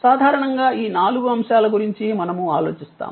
సాధారణంగా ఈ నాలుగు అంశాల గురించి మనము ఆలోచిస్తాము